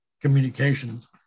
communications